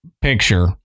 picture